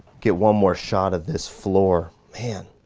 get one more shot of this floor. man.